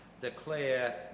declare